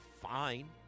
fine